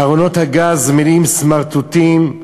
ארונות הגז מלאים סמרטוטים,